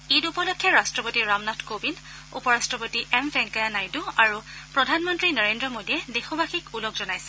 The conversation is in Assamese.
ঈদ উপলক্ষে ৰাট্টপতি ৰামনাথ কোৱিন্দ উপ ৰট্টপতি এম ভেংকায়া নাইডু আৰু প্ৰধানমন্ত্ৰী নৰেন্দ্ৰ মোডীয়ে দেশবাসীক ওলগ জনাইছে